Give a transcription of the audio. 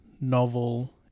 novel